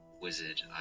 wizard